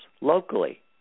locally